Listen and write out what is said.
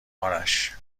آرش